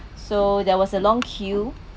so there was a long queue